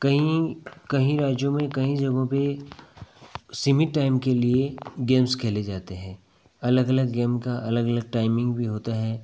कहीं कहीं राज्यों में कहीं जगहों पर सीमित टाइम के लिए गेम्स खेले जाते हैं अलग अलग गेम की अलग अलग टाइमिंग भी होती है